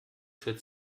für